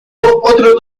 otros